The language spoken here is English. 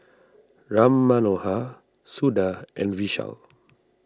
Ram Manohar Suda and Vishal